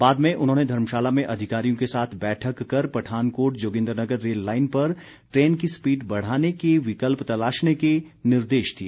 बाद में उन्होंने धर्मशाला में अधिकारियों के साथ बैठक कर पठानकोट जोगिन्द्रनगर रेल लाइन पर ट्रेन की स्पीड बढ़ाने के विकल्प तलाशने के निर्देश दिए